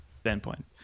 standpoint